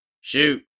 shoot